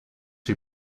who